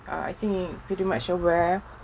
I think pretty much aware